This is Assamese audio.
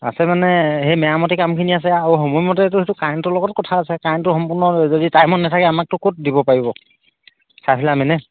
আছে মানে সেই মেৰামতি কামখিনি আছে আৰু সময়মতেতো সেইটো কাৰেণ্টৰ লগত কথা আছে কাৰেণ্টো সম্পূৰ্ণ যদি টাইমত নাথাকে আমাকতো ক'ত দিব পাৰিব